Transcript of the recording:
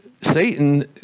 Satan